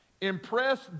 impress